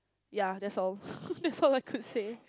yeah that's all that's all I could say